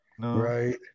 Right